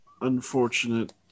unfortunate